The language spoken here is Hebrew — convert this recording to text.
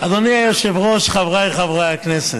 אדוני היושב-ראש, חבריי חברי הכנסת,